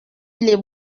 les